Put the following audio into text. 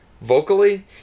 Vocally